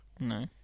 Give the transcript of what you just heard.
No